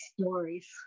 stories